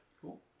Cool